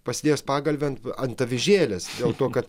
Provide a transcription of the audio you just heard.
pasidėjęs pagalvę ant avižėlės dėl to kad